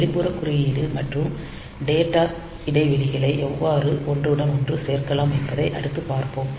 இந்த வெளிப்புற குறியீடு மற்றும் டேட்டா இடைவெளிகளை எவ்வாறு ஒன்றுடன் ஒன்று சேர்க்கலாம் என்பதை அடுத்து பார்ப்போம்